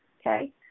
Okay